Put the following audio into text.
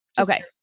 Okay